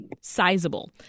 sizable